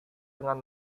dengan